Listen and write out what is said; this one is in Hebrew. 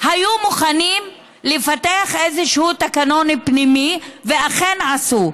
היו מוכנים לפתח איזשהו תקנון פנימי, ואכן עשו.